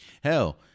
Hell